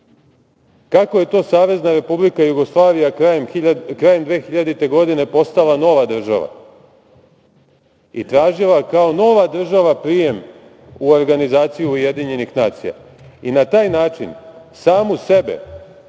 kako je to Savezna Republika Jugoslavija krajem 2000. godine postala nova država i tražila kao nova država prijem u organizaciju UN i na taj način samu sebe